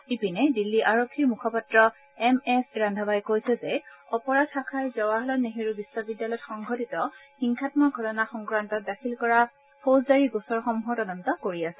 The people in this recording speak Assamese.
ইপিনে দিল্লী আৰক্ষীৰ মুখপাত্ৰ এমএছ ৰন্ধাৱাই কৈছে যে অপৰাধ শাখাই জৱাহৰলাল নেহৰু বিখ্ববিদ্যালয়ত সংঘটিত হিংসামক ঘটনা সংক্ৰান্তত দাখিল কৰা ফৌজদাৰী গোচৰসমূহৰ তদন্ত কৰি আছে